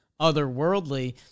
otherworldly